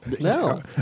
No